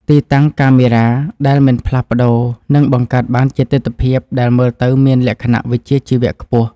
ទីតាំងកាមេរ៉ាដែលមិនផ្លាស់ប្តូរនឹងបង្កើតបានជាទិដ្ឋភាពដែលមើលទៅមានលក្ខណៈវិជ្ជាជីវៈខ្ពស់។